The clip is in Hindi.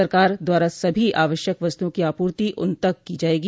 सरकार द्वारा सभी आवश्यक वस्तुओं की आपूर्ति उन तक की जायेगी